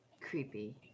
Creepy